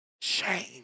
shame